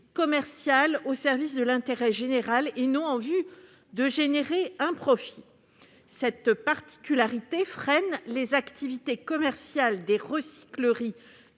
commerciale au service de l'intérêt général et non en vue de susciter un profit. Cette particularité freine les activités commerciales des recycleries